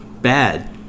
bad